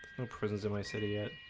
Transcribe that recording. no prisons in my city yet.